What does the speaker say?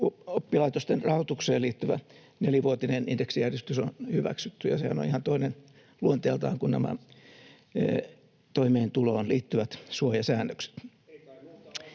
oppilaitosten rahoitukseen liittyvä nelivuotinen indeksijäädytys on hyväksytty, ja sehän on ihan toinen luonteeltaan kuin nämä toimeentuloon liittyvät suojasäännökset.